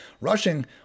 rushing